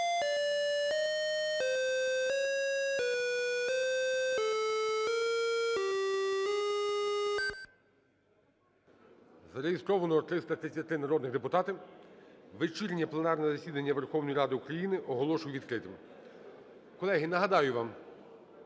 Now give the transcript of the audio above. Зареєстровано 333 народних депутати. Вечірнє пленарне засідання Верховної Ради України оголошую відкритим. Колеги, нагадаю вам,